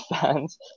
fans